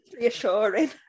reassuring